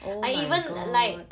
oh my god